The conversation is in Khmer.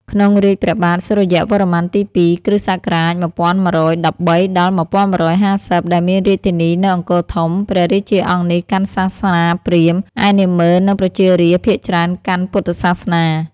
ក្នុងរាជ្យព្រះបាទសូរ្យវរ្ម័នទី ២ (គ.ស ១១១៣-១១៥០) ដែលមានរាជធានីនៅ អង្គរធំ ព្រះរាជាអង្គនេះកាន់សាសនាព្រាហ្មណ៍ ឯនាម៉ឺននិងប្រជារាស្ត្រភាគច្រើនកាន់ពុទ្ធសាសនា ។